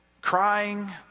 crying